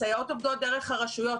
הסייעות עובדות דרך הרשויות,